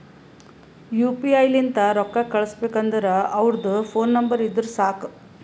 you P I ಲಿಂತ್ ರೊಕ್ಕಾ ಕಳುಸ್ಬೇಕ್ ಅಂದುರ್ ಅವ್ರದ್ ಫೋನ್ ನಂಬರ್ ಇದ್ದುರ್ ಸಾಕ್